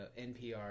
NPR